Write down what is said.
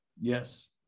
yes